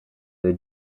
del